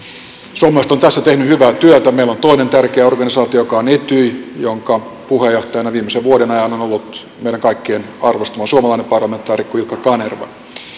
suomalaiset ovat tässä tehneet hyvää työtä meillä on toinen tärkeä organisaatio joka on etyj jonka puheenjohtajana viimeisen vuoden ajan on on ollut meidän kaikkien arvostama suomalainen parlamentaarikko ilkka kanerva